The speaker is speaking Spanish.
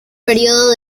periodo